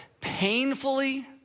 painfully